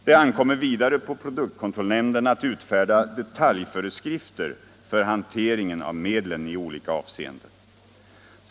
Det ankommer vidare på produktkontrollnämnden att utfärda detaljföreskrifter för hanteringen av medlen i olika avseenden.